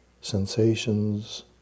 sensations